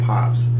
Pops